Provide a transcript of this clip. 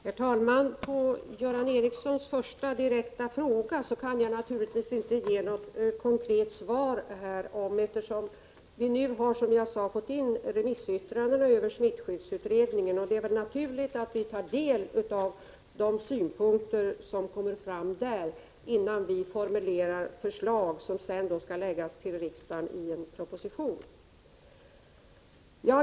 Herr talman! På Göran Ericssons första direkta fråga kan jag naturligtvis inte ge något konkret svar, eftersom vi först nu, som jag sade, har fått in remissyttrandena över smittskyddsutredningen. Det är naturligt att vi tar del av de synpunkter som kommer fram där, innan vi formulerar förslag som sedan skall läggas fram för riksdagen i en proposition.